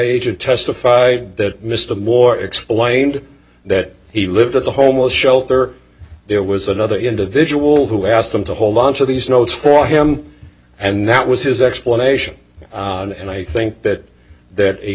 agent testified that mr war explained that he lived at the homeless shelter there was another individual who asked them to hold on to these notes for him and that was his explanation and i think that that a